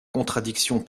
contradiction